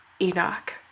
Enoch